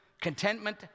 contentment